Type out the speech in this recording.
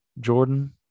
Jordan